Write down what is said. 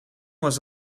was